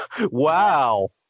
Wow